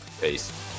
Peace